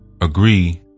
agree